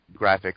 graphics